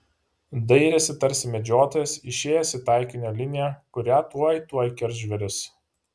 dairėsi tarsi medžiotojas išėjęs į taikinio liniją kurią tuoj tuoj kirs žvėris